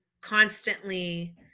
constantly